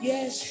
Yes